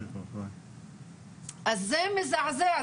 אז זה מזעזע,